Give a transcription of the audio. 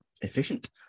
efficient